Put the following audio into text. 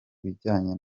bijyanye